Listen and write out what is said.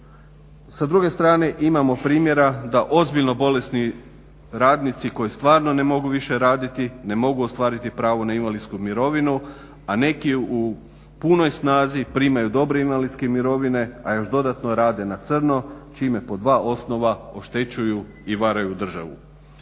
Sa druge strane imamo primjera da ozbiljno bolesni radnici koji stvarno ne mogu više raditi ne mogu ostvariti pravo na invalidsku mirovinu, a neki u punoj snazi primaju dobre invalidske mirovine a još dodatno rade na crno čime po dva osnova oštećuju i varaju državu.